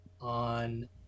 on